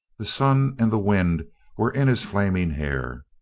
the sun and the wind were in his flaming hair.